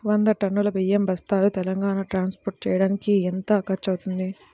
వంద టన్నులు బియ్యం బస్తాలు తెలంగాణ ట్రాస్పోర్ట్ చేయటానికి కి ఎంత ఖర్చు అవుతుంది?